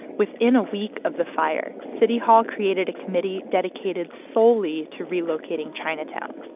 within a week of the fire, city hall created a committee dedicated solely to relocating chinatown.